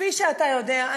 כפי שאתה יודע,